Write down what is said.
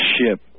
ship